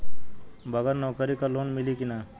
बगर नौकरी क लोन मिली कि ना?